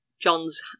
John's